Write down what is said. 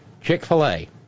Chick-fil-A